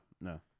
no